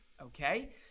Okay